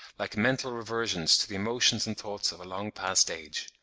like mental reversions to the emotions and thoughts of a long-past age.